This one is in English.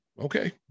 Okay